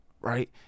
right